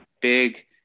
big